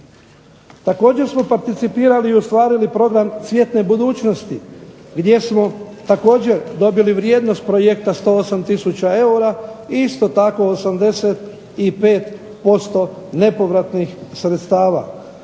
Također smo participirali i ostvarili program cvjetne budućnosti gdje smo također dobili vrijednost projekta 108000 eura i isto tako 85% nepovratnih sredstava.